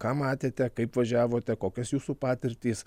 ką matėte kaip važiavote kokios jūsų patirtys